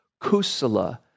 kusala